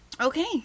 Okay